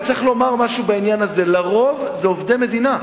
צריך לומר משהו בעניין הזה: לרוב זה עובדי מדינה,